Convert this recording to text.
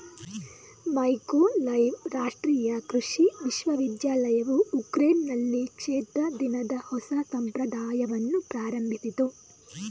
Mykolaiv ರಾಷ್ಟ್ರೀಯ ಕೃಷಿ ವಿಶ್ವವಿದ್ಯಾಲಯವು ಉಕ್ರೇನ್ನಲ್ಲಿ ಕ್ಷೇತ್ರ ದಿನದ ಹೊಸ ಸಂಪ್ರದಾಯವನ್ನು ಪ್ರಾರಂಭಿಸಿತು